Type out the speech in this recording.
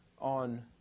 on